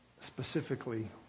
specifically